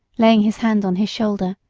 laying his hand on his shoulder,